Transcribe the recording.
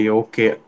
okay